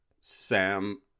Sam